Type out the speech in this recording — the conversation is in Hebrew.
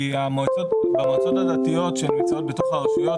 כי המועצות הדתיות שהן נמצאות בתוך הרשויות,